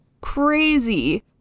Crazy